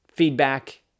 feedback